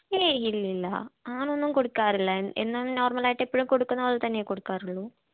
ഏ ഇല്ലില്ല അങ്ങനൊന്നും കൊടുക്കാറില്ലാ എന്നും നോർമലായിട്ട് എപ്പോഴും കൊടുക്കുന്ന പോലെത്തന്നെ കൊടുക്കാറുള്ളൂ